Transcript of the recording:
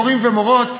מורים ומורות,